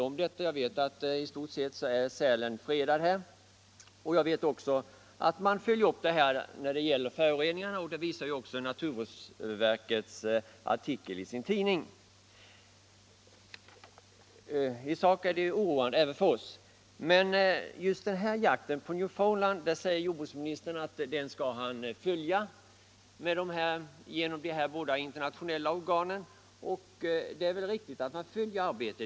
Jag vet också att sälen i stort sett är fredad i våra vatten. Likaså känner jag till att man följer upp frågan om föroreningarna. Det visar också artikeln i naturvårdsverkets tidning. I sak är ju påtalade förhållanden oroande också för oss. När det gäller jakten på Newfoundland säger jordbruksministern att det är något som han skall följa uppmärksamt genom de båda internationella organ som han nämnde, och det är ju i sin ordning att man följer arbetet där.